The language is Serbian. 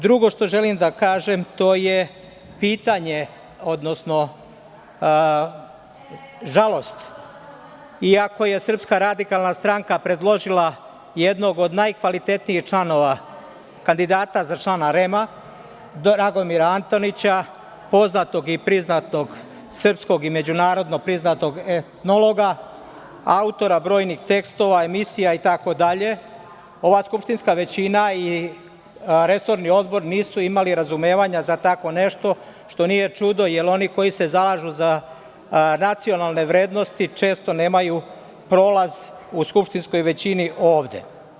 Drugo što želim da kažem, to je pitanje, odnosno žalost, i ako je SRS predložila jednog od najkvalitetnijih članova REM-a, Dragomira Antonića, poznatog i priznatog srpskog i međunarodnog priznatog etnologa, autora brojnih tekstova, emisija itd, ova skupštinska većina i resorni odbor nisu imali razumevanja za tako nešto, što nije čudo, jer oni koji se zalažu za racionalne vrednosti često nemaj prolaz u skupštinskoj većini ovde.